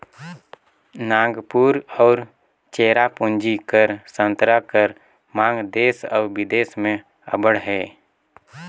नांगपुर अउ चेरापूंजी कर संतरा कर मांग देस अउ बिदेस में अब्बड़ अहे